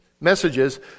messages